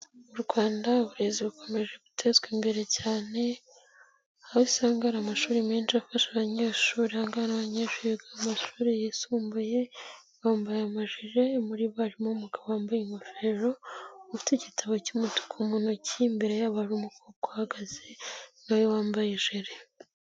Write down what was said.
Mu Rwanda uburezi bukomeje gutezwa imbere cyane aho usanga hari amashuri menshi afasha abanyeshuri, ahangaha ni abanyeshuri biga mu mashuri yisumbuye bambaye amajire, muri bo harimo umugabo wambaye ingofero, ufite igitabo cy'umutuku mu ntoki, imbere y'abo hari umukobwa uhagaze nawe wambaye ijire.